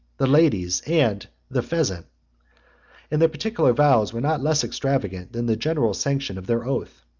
the ladies and the pheasant and their particular vows were not less extravagant than the general sanction of their oath.